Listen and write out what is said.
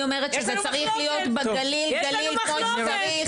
אני אומרת שזה צריך להיות בגליל, גליל כמו שצריך